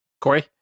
Corey